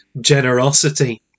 generosity